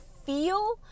feel